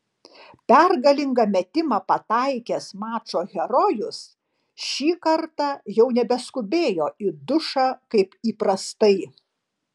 pergalingą metimą pataikęs mačo herojus šį kartą jau nebeskubėjo į dušą kaip įprastai